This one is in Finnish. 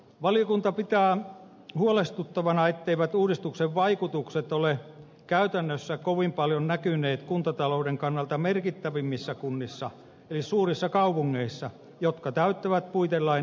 valiokunta pitää huolestuttavana etteivät uudistuksen vaikutukset ole käytännössä kovin paljon näkyneet kuntatalouden kannalta merkittävimmissä kunnissa eli suurissa kaupungeissa jotka täyttävät puitelain edellyttämät väestöpohjat